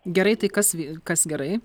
gerai tai kas kas gerai